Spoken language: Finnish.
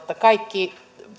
kaikki